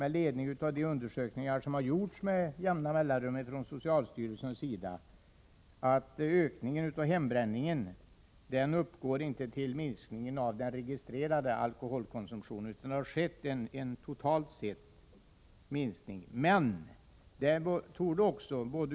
De undersökningar som med jämna mellanrum gjorts av socialstyrelsen tycks också visa att ökningen av hembränningen inte är lika stor som minskningen av den registrerade alkoholkonsumtionen, utan det har — totalt sett — skett en minskning av konsumtionen.